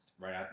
right